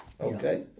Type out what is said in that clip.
Okay